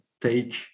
take